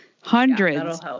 Hundreds